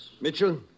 Mitchell